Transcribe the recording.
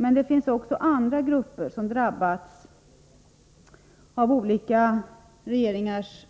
Men det finns också andra grupper som drabbats av olika regeringars